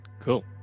cool